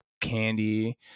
candy